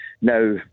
Now